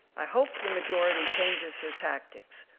i hope the majority changes their tactics,